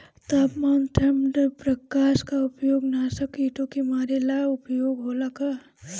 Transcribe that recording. तापमान ठण्ड प्रकास का उपयोग नाशक कीटो के मारे ला उपयोग होला का?